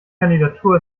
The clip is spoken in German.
kandidatur